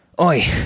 oi